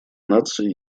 наций